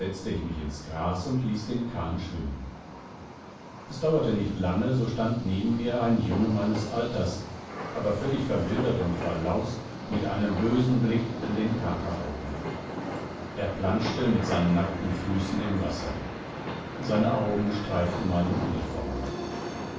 mich ins gras und ließ den kahn schwimmen es dauerte nicht lange so stand neben mir ein junge meines alters aber völlig verwildert und verlaust mit einem bösen blick in den kateraugen er plantschte mit seinen nackten füßen im wasser seine augen streiften meine uniform